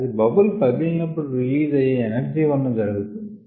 అది బబుల్ పగిలి నపుడు రిలీజ్ అయ్యే ఎనర్జీ వలన జరుగుతుంది